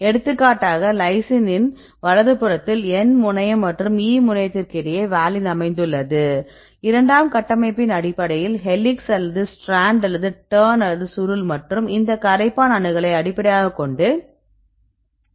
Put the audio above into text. எடுத்துக்காட்டாக லைசினின் வலதுபுறத்தில் n முனையம் மற்றும் e முனையத்திற்கு இடையே வாலின் அமைந்துள்ளதை இரண்டாம் கட்டமைப்பின் அடிப்படையில் ஹெலிக்ஸ் அல்லது ஸ்ட்ராண்ட் அல்லது டர்ன் அல்லது சுருள் மற்றும் இந்த கரைப்பான் அணுகலை அடிப்படையாகக் கொண்டு அறிந்து கொள்ளலாம்